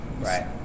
Right